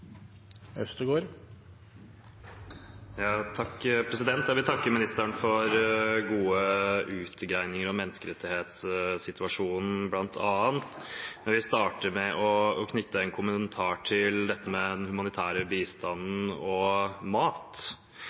Jeg vil takke utenriksministeren for gode utgreiinger om bl.a. menneskerettighetssituasjonen. Jeg vil starte med å knytte en kommentar til dette med den humanitære bistanden og mat.